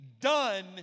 done